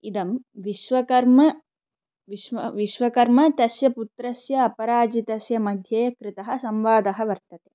इदं विश्वकर्म विश्व् विश्वकर्म तस्य पुत्रस्य अपराजितस्य मध्ये कृतः संवादः वर्तते